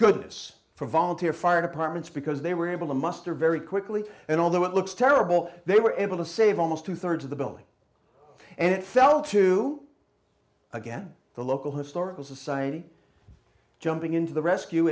goodness for volunteer fire departments because they were able to muster very quickly and although it looks terrible they were able to save almost two thirds of the building and it fell to again the local historical society jumping into the rescue